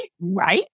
right